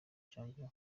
cyangwa